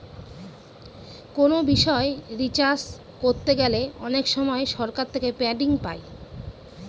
কোনো বিষয় রিসার্চ করতে গেলে অনেক সময় সরকার থেকে ফান্ডিং পাই